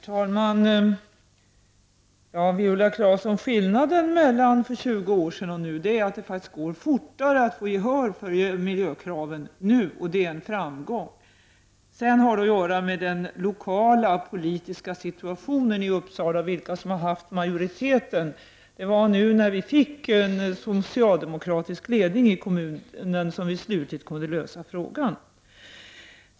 Herr talman! Viola Claesson: Skillnaden mellan för 20 år sedan och nu är att det faktiskt går fortare att få gehör för miljökraven nu, och detta är en framgång. Sedan har det att göra med den lokala och politiska situtationen i Uppsala, alltså vilka som har haft majoritet. Det var nu när vi fick en socialdemokratisk ledning i kommunen som vi slutligen kunde lösa frågan.